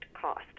cost